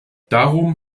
darum